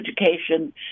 education